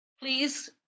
please